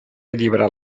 alliberar